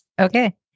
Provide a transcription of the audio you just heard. Okay